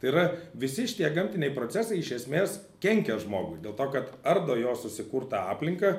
tai yra visi šitie gamtiniai procesai iš esmės kenkia žmogui dėl to kad ardo jo susikurtą aplinką